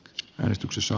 julistuksessa